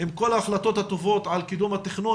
כל ההחלטות הטובות על קידום התכנון,